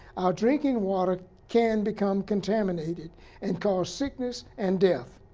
our drinking water can become contaminated and cause sickness and death.